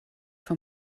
von